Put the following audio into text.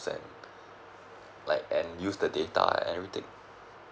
like and use the data everything